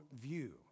view